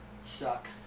Suck